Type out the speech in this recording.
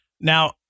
Now